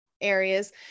areas